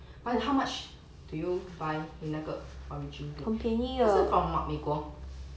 but how much do you buy 你那个 origin bed 它是 from what 美国